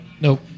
Nope